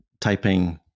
typing